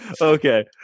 Okay